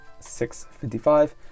655